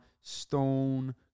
stone